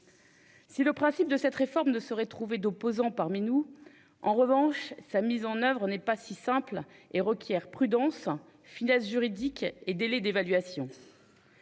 Si le principe de cette réforme ne saurait trouver d'opposants parmi nous, sa mise en oeuvre n'est en revanche pas si simple et requiert prudence, finesse juridique et délais d'évaluation.